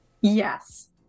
Yes